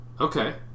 Okay